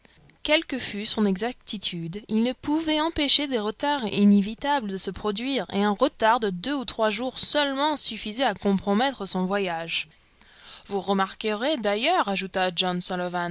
que fût son exactitude il ne pouvait empêcher des retards inévitables de se produire et un retard de deux ou trois jours seulement suffisait à compromettre son voyage vous remarquerez d'ailleurs ajouta john